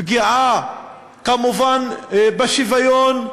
פגיעה כמובן בשוויון,